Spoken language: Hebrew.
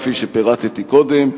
כפי שפירטתי קודם,